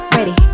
Ready